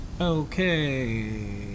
Okay